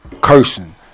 cursing